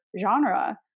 genre